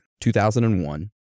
2001